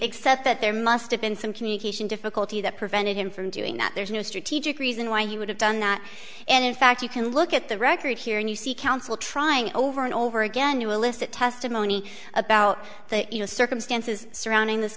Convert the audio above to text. except that there must have been some communication difficulty that prevented him from doing that there's no strategic reason why he would have done that and in fact you can look at the record here and you see counsel trying over and over again you elicit testimony about the inner circumstances surrounding this